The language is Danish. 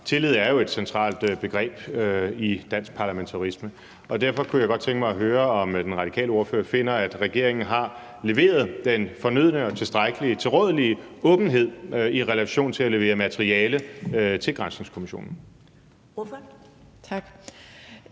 Tillid er jo et centralt begreb i dansk parlamentarisme, og derfor kunne jeg godt tænke mig at høre, om den radikale ordfører finder, at regeringen har leveret den fornødne og tilstrækkelige tilrådelige åbenhed i relation til at levere materiale til granskningskommissionen.